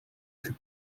fut